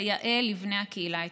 כיאה לבני הקהילה האתיופית.